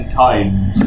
times